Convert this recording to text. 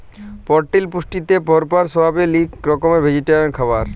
পরটিল পুষ্টিতে ভরপুর সয়াবিল হছে ইক রকমের ভেজিটেরিয়াল খাবার